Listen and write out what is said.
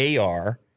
AR